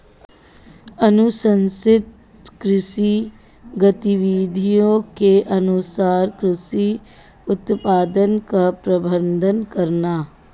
अनुशंसित कृषि गतिविधियों के अनुसार कृषि उत्पादन का प्रबंधन करना